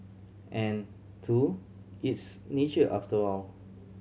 and two it's nature after all